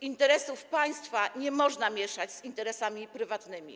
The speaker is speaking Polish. Interesów państwa nie można mieszać z interesami prywatnymi.